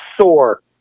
soar